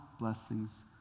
Blessings